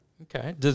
Okay